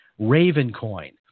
RavenCoin